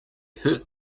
hurt